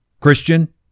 Christian